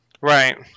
Right